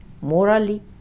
morally